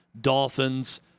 Dolphins